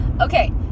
Okay